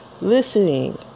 listening